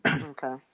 Okay